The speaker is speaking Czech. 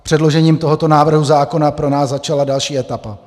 Předložením tohoto návrhu zákona pro nás začala další etapa.